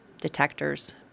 detectors